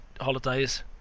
holidays